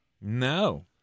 No